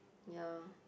ya